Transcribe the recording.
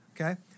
okay